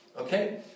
Okay